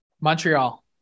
Montreal